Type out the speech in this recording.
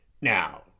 Now